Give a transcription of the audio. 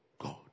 God